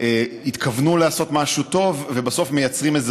שהתכוונו לעשות משהו טוב ובסוף מייצרים איזו